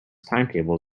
timetable